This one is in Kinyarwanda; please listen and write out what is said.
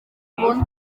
abona